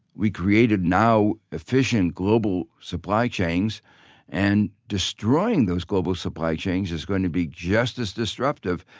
we created now efficient global supply chains and destroying those global supply chains is going to be just as disruptive,